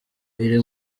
iri